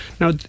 Now